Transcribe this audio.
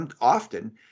often